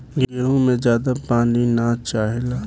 गेंहू में ज्यादा पानी ना चाहेला